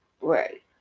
Right